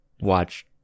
watch